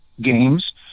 games